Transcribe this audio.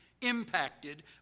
impacted